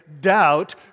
doubt